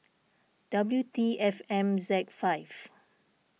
W T F M Z five